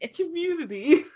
Community